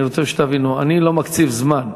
אני רוצה שתבינו: אני לא מקציב זמן,